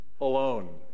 alone